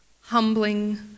humbling